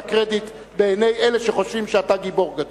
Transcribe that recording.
קרדיט בעיני אלה שחושבים שאתה גיבור גדול.